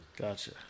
Gotcha